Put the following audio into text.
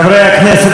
חברי הכנסת,